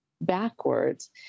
backwards